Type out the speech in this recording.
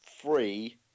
free